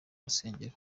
rusengero